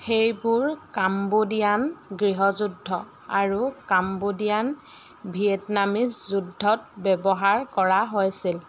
সেইবোৰ কাম্বোডিয়ান গৃহযুদ্ধ আৰু কাম্বোডিয়ান ভিয়েটনামিজ যুদ্ধত ব্যৱহাৰ কৰা হৈছিল